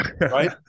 right